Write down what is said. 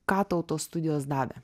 ką tau tos studijos davė